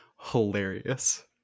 hilarious